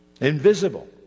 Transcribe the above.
invisible